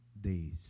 days